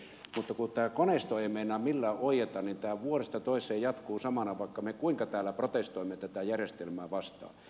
mutta kun tämä koneisto ei meinaa millään oieta niin tämä vuodesta toiseen jatkuu samana vaikka me kuinka täällä protestoimme tätä järjestelmää vastaan